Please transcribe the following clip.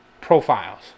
profiles